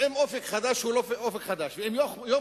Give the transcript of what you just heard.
ואם "אופק חדש" הוא לא "אופק חדש",